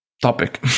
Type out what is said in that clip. topic